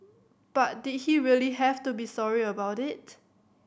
but did he really have to be sorry about it